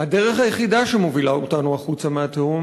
הדרך היחידה שמובילה אותנו החוצה מהתהום